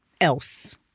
else